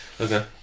Okay